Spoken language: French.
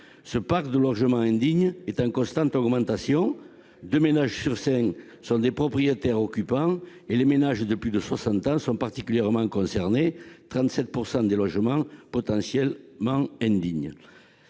Ce parc de logements indignes est en constante augmentation ; deux ménages sur cinq sont des propriétaires occupants et les ménages de plus de 60 ans sont particulièrement concernés, avec 37 % des logements potentiellement indignes